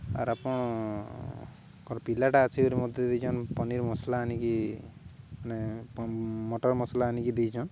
ଆର୍ ଆପଣ କ'ଣ ପିଲାଟା ଆସିବ ବୋଲି ମୋତେ ଦେଇଛନ୍ ପନିର ମସଲା ଆଣିକି ମାନେ ମଟର ମସଲା ଆଣିକି ଦେଇଛନ୍